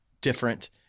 different